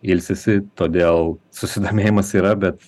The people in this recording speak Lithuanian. ilsisi todėl susidomėjimas yra bet